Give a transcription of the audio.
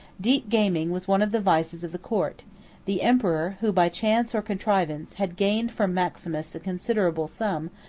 deep gaming was one of the vices of the court the emperor, who, by chance or contrivance, had gained from maximus a considerable sum,